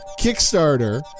Kickstarter